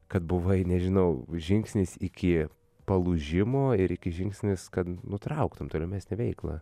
kad buvai nežinau žingsnis iki palūžimo ir iki žingsnis kad nutrauktum tolimesnę veiklą